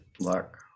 luck